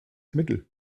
mittel